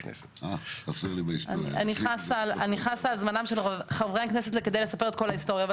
אני חסה על זמנם של חברי הכנסת כדי לספר את כל ההיסטוריה,